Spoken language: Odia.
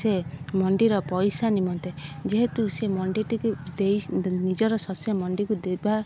ସେ ମଣ୍ଡିର ପଇସା ନିମନ୍ତେ ଯେହେତୁ ସେ ମଣ୍ଡିଟିକୁ ଦେଇ ନିଜର ଶସ୍ୟ ମଣ୍ଡିକୁ ଦେବା